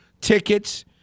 tickets